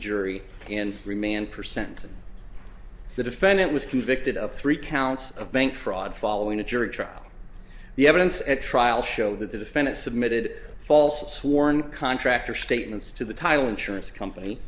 jury and remain percent the defendant was convicted of three counts of bank fraud following a jury trial the evidence at trial showed that the defendant submitted false sworn contractor statements to the title insurance company